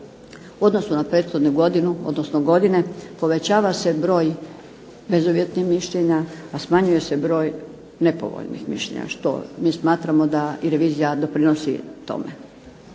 U odnosu na prethodnu godinu odnosno godine povećava se broj bezuvjetnih mišljenja a smanjuje se broj nepovoljnih mišljenja što mi smatramo da i revizija doprinosi tome.